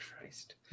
Christ